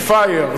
זה friendly fire.